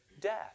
death